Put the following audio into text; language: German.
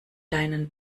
deinen